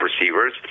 receivers